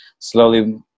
slowly